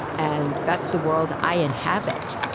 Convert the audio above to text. and that's the world i inhabit,